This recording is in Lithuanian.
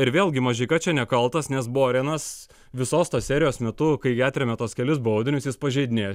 ir vėlgi mažeika čia nekaltas nes borenas visos tos serijos metu kai atremia tuos kelis baudinius jis pažeidinėjo